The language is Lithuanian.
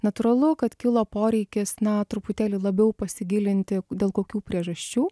natūralu kad kilo poreikis na truputėlį labiau pasigilinti dėl kokių priežasčių